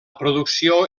producció